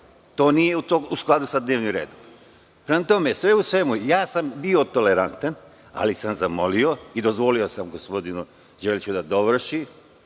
nije u skladu sa dnevnim redom. Prema tome, sve u svemu, bio sam tolerantan ali sam zamolio i dozvolio sam gospodinu Đeliću da dovrši,